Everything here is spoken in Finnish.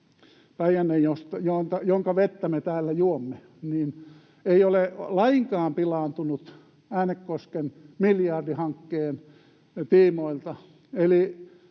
Päijänne, jonka vettä me täällä juomme, eivät ole lainkaan pilaantuneet Äänekosken miljardihankkeen tiimoilta.